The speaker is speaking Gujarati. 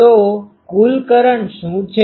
તો કુલ કરંટ શું છે